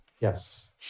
yes